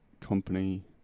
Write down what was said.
company